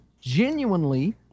genuinely